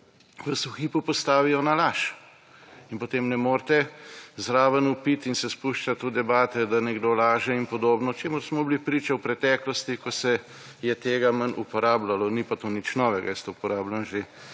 vas v hipu postavijo na laž. In potem ne morete zraven vpiti in se spuščati v debate, da nekdo laže in podobno, čemur smo bili priča v preteklosti, ko se je tega manj uporabljalo. Ni pa to nič novega, jaz to uporabljam že